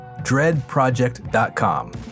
dreadproject.com